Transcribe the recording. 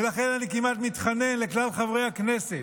ולכן, אני כמעט מתחנן לכלל חברי הכנסת: